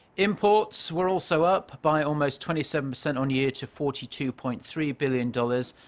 imports were also up by almost twenty seven percent on-year to forty two point three billion dollars.